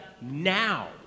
now